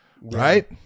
right